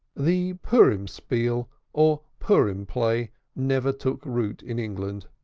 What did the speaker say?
the purim spiel or purim play never took root in england,